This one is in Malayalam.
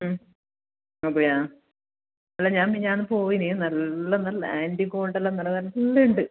ഉം അതെയോ അല്ല ഞാൻ മിനിഞ്ഞാന്ന് പോയിന് നല്ല നല്ല ആൻറ്റിഗോൾഡെല്ലാം നല്ല നല്ലത് ഉണ്ട്